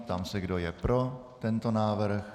Ptám se, kdo je pro tento návrh.